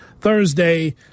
Thursday